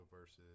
versus